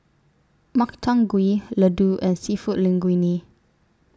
Makchang Gui Ladoo and Seafood Linguine